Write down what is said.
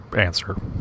answer